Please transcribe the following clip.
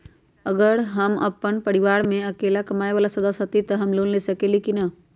अगर हम अपन परिवार में अकेला कमाये वाला सदस्य हती त हम लोन ले सकेली की न?